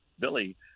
Billy